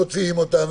מוציאים אותם,